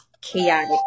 chaotic